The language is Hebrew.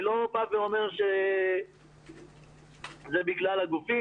אני לא אומר שזה בגלל הגופים,